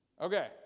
Okay